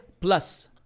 plus